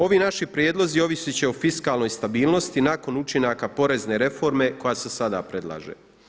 Ovi naši prijedlozi ovisit će o fiskalnoj stabilnosti nakon učinaka porezne reforme koja se sada predlaže.